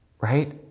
right